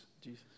Jesus